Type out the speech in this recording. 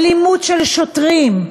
אלימות של שוטרים,